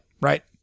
Right